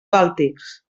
bàltics